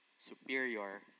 superior